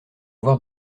voir